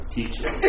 Teaching